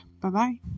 Bye-bye